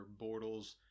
Bortles